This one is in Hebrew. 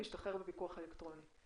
להשתחרר בפיקוח אלקטרוני.